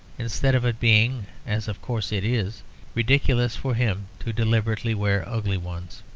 instead of it being as, of course, it is ridiculous for him to deliberately wear ugly ones.